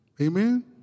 Amen